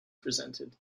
presented